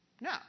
No